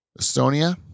Estonia